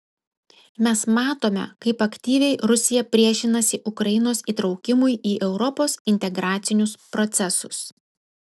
mes matome kaip aktyviai rusija priešinasi ukrainos įtraukimui į europos integracinius procesus